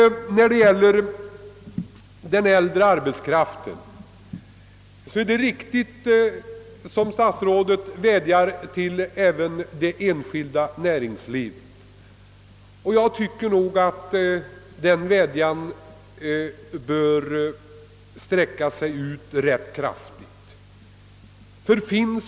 När det gäller den äldre arbetskraften är det riktigt att, som statsrådet gör, rikta en vädjan även till det enskilda näringslivet. Denna statsrådets vädjan bör nå långt och få ett kraftigt gensvar.